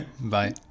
Bye